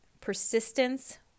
persistence